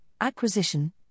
acquisition